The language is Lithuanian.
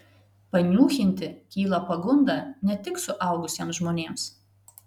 paniūchinti kyla pagunda ne tik suaugusiems žmonėms